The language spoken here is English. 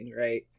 right